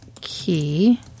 key